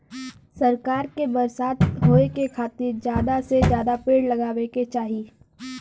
सरकार के बरसात होए के खातिर जादा से जादा पेड़ लगावे के चाही